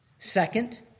Second